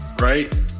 Right